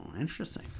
interesting